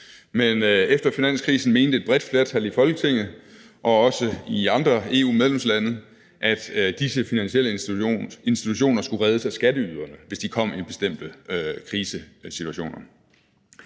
Men efter finanskrisen mente et bredt flertal i Folketinget og også i andre EU-medlemslande, at disse finansielle institutioner skulle reddes af skatteyderne, hvis de kom i bestemte krisesituationer.